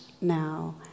now